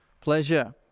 pleasure